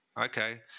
okay